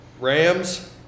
Rams